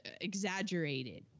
exaggerated